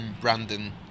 Brandon